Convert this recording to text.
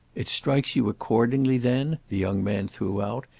it strikes you accordingly then, the young man threw out,